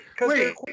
Wait